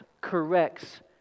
corrects